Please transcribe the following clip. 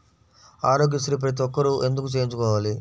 ఆరోగ్యశ్రీ ప్రతి ఒక్కరూ ఎందుకు చేయించుకోవాలి?